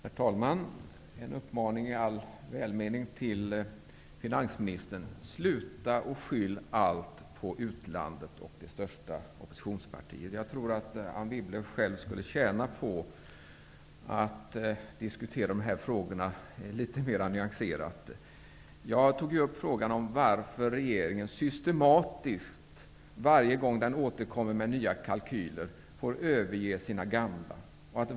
Herr talman! En uppmaning i all välmening till finansministern: Sluta att skylla allt på utlandet och det största oppositionspartiet. Jag tror att Anne Wibble själv skulle tjäna på att diskutera dessa frågor litet mera nyanserat. Jag tog upp frågan om varför regeringen, varje gång den återkommer med nya kalkyler, systematiskt får överge sina gamla.